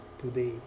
today